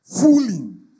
fooling